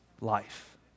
life